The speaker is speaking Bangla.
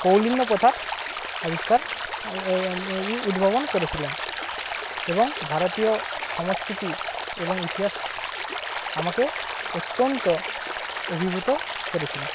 কৌলিন্য প্রথার আবিষ্কার উদ্ভাবন করেছিলেন এবং ভারতীয় সংস্কৃতি এবং ইতিহাস আমাকে অত্যন্ত অভিভূত করেছিল